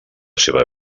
seva